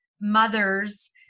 mothers